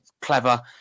clever